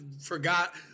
forgot